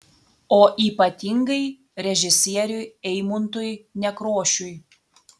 o ypatingai režisieriui eimuntui nekrošiui